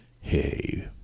Hey